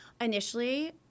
initially